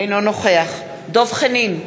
אינו נוכח דב חנין,